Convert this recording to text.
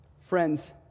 Friends